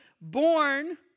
born